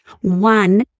One